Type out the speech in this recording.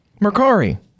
Mercari